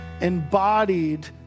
embodied